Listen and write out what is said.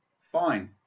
fine